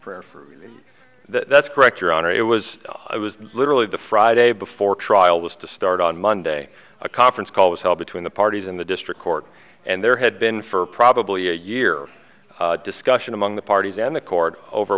virgins for you that's correct your honor it was i was literally the friday before trial was to start on monday a conference call was held between the parties in the district court and there had been for probably a year discussion among the parties and the court over